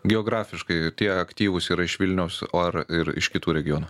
geografiškai tie aktyvūs yra iš vilniaus o ar ir iš kitų regionų